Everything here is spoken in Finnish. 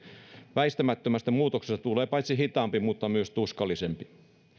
väistämättömästä muutoksesta tulee paitsi hitaampi myös tuskallisempi